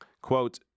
Quote